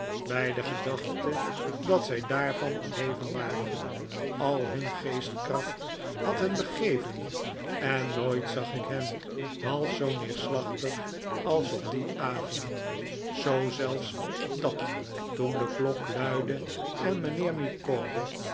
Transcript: bij de gedachte dat zij daarvan ontheven waren al nun geestkracht had hen begeven en nooit zag ik hen half zoo neerslachtig als op dien avond zoo zelfs dat toen de klok luidde en mijnheer